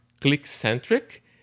click-centric